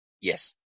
yes